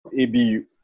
abu